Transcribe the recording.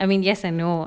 I mean yes and no